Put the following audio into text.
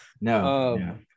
No